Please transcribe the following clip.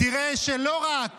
תראה שלא רק